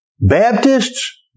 Baptists